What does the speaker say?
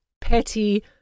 petty